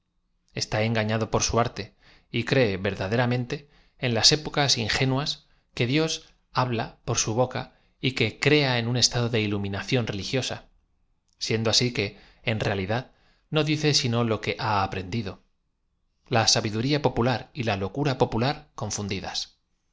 está engañado por su arte y cree verda defámente en las épocas ingenuas que d ioe habla por su boca que crea e s un estado de iluminocióa re ligiosa sieado asi que ea realidad no dice sino lo que ha aprendido la sabiduria popular y la locura popu la r confundidas